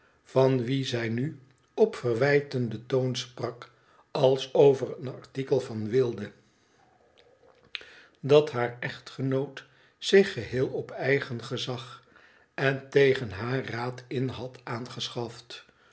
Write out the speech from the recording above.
van wie zij nu op verwijtenden toon sprak als over een artikel van weekle dat haar echtgenoot zich geheel op eigen gezag en tegen haar raad in had aangeschaft